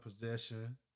possession